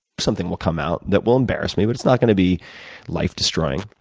something will come out that will embarrass me but it's not going to be life-destroying.